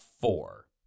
four